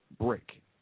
break